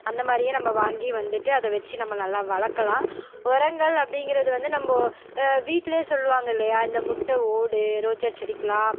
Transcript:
அந்தமாதிரியே நம்ம வாங்கி வந்துகிட்டு அதை வச்சு நம்ம நல்லா வளர்க்கலாம் உரங்கள் அப்படிங்கிறது வந்து நம்ம வீட்டிலே சொல்லுவாங்க இல்லையா இந்த முட்டை ஓடு ரோஜா செடிக்கல்லாம்